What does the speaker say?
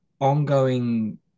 ongoing